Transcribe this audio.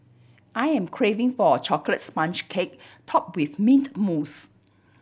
I am craving for a chocolate sponge cake top with mint mousse